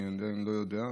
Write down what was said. אני לא יודע,